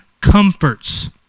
comforts